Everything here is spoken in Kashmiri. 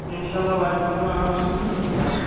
انشاء اللہ واتہِ انشاء اللہ آڑر چھُ دیتمُت سُہ تہِ واتہِ